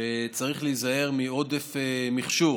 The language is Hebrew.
שצריך להיזהר מעודף מכשור